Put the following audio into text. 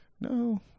No